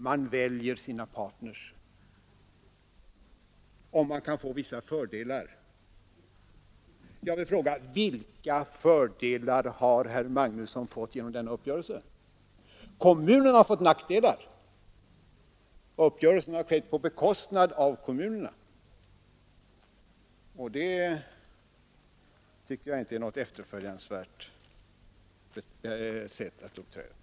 Man väljer sina partners om man kan få vissa fördelar, säger han. Vilka fördelar har herr Magnusson fått genom denna uppgörelse? Den har skett på kommunernas bekostnad och inneburit nackdelar för dem. Det tycker jag inte är något efterföljansvärt sätt att uppträda.